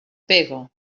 pego